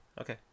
okay